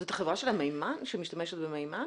זאת החברה שמשתמשת במימן?